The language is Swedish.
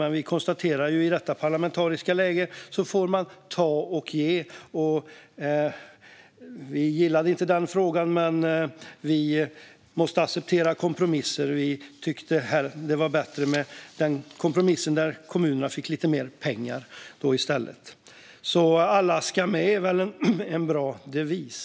Men i detta parlamentariska läge får man ta och ge. Vi gillade inte den frågan, men vi måste acceptera kompromisser. Vi tyckte att det var bättre med den kompromissen. I gengäld fick kommunerna lite mer pengar. Ja, "alla ska med" är en bra devis.